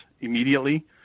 immediately